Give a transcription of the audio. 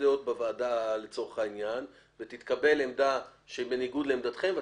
דעות בוועדה ותתקבל עמדה שהיא בניגוד לעמדתכם,